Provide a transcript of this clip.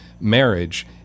marriage